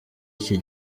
iki